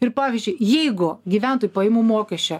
ir pavyzdžiui jeigu gyventojų pajamų mokesčio